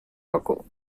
roku